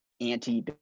anti